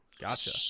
Gotcha